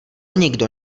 nikdo